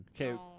Okay